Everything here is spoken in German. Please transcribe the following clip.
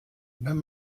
wenn